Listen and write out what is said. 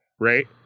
Right